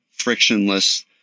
frictionless